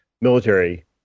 military